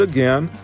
Again